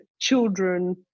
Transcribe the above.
children